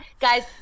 guys